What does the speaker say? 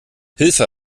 hilfe